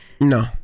No